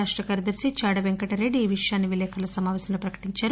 రాష్ట కార్యదర్శి చాడ పెంకటరెడ్డి ఈ విషయాన్ని విలేకర్ల సమాపేశంలో ప్రకటించారు